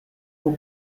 who